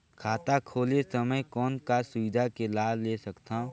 खाता खोले समय कौन का सुविधा के लाभ ले सकथव?